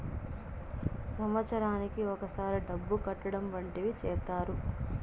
సంవత్సరానికి ఒకసారి డబ్బు కట్టడం వంటివి చేత్తారు